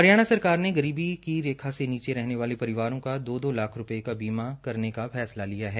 हरियाणा सरकार ने गरीबी की रेखा से नीचे रहने वाले परिवारों का दो दो लाख रूपये का बीमा करने का फैसला लिया है